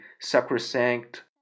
sacrosanct